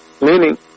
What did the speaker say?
Meaning